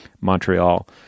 Montreal